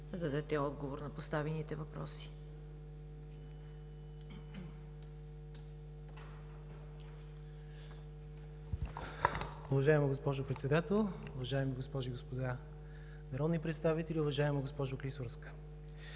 да дадете отговор на поставените въпроси. МИНИСТЪР БИСЕР ПЕТКОВ: Уважаема госпожо Председател, уважаеми госпожи и господа народни представители! Уважаема госпожо Клисурска,